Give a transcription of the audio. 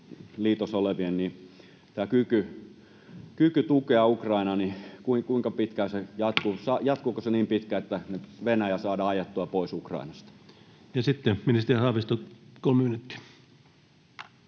liitossa olevien, kyvyn tukea Ukrainaa. Kuinka pitkään se jatkuu? Jatkuuko se niin pitkään, että Venäjä saadaan ajettua pois Ukrainasta? Ja sitten ministeri Haavisto, kolme